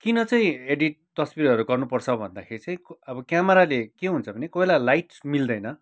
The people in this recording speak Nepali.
किन चाहिँ एडिट तस्बिरहरू गर्नुपर्छ भन्दा चाहिँ अब क्यामेराले के हुन्छ भने कोही बेला लाइट मिल्दैन